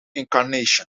incarnation